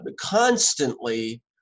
Constantly